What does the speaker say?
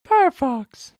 firefox